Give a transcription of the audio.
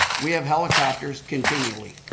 we have helicopters continually.